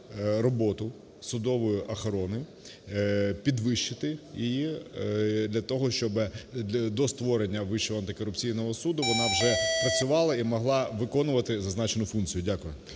роботу судової охорони, підвищити її для того, щоби до створення Вищого антикорупційного суду вона вже працювала і могла виконувати зазначену функцію. Дякую.